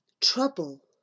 TROUBLE